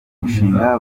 mishinga